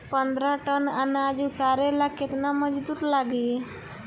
पन्द्रह टन अनाज उतारे ला केतना मजदूर लागी?